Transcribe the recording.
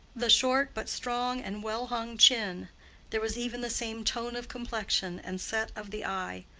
the short but strong and well-hung chin there was even the same tone of complexion and set of the eye.